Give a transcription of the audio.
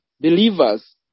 believers